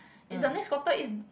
in the next quarter in